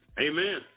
Amen